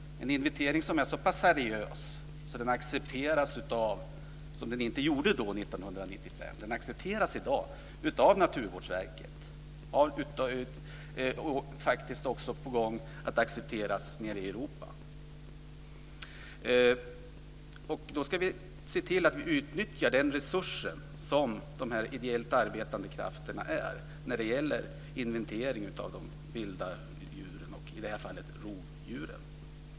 Dessa inventeringar är så seriösa att de i dag accepteras av Naturvårdsverket. Så var inte fallet 1995. De håller faktiskt också på att accepteras nere i Europa. Vi ska se till att utnyttja den resurs som dessa ideellt arbetande krafterna utgör för inventering av de vilda djuren, och i det här fallet rovdjuren.